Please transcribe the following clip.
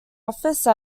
office